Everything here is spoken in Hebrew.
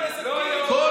אילולא התיקונים שהכנסנו,